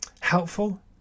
helpful